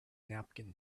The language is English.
napkin